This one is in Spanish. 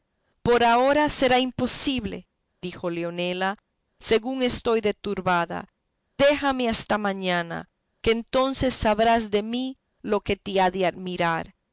por ahora será imposible dijo leonela según estoy de turbada déjame hasta mañana que entonces sabrás de mí lo que te ha de admirar